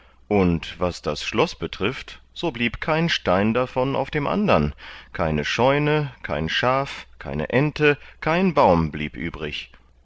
und was das schloß betrifft so blieb kein stein davon auf dem andern keine scheune kein schaf keine ente kein baum blieb übrig